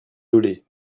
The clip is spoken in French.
dolez